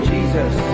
Jesus